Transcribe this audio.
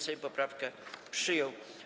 Sejm poprawkę przyjął.